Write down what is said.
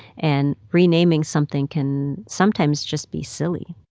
and renaming something can sometimes just be silly